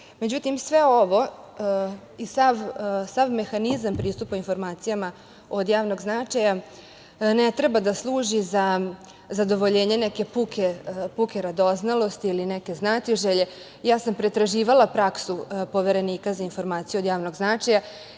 vlasti.Međutim, sve ovo i sav mehanizam pristupa informacijama od javnog značaja ne treba da služi za zadovoljenje neke puke radoznalosti ili neke znatiželje. Ja sam pretraživala praksu Poverenika za informacije od javnog značaja